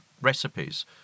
recipes